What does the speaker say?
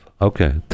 okay